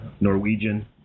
Norwegian